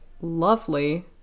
lovely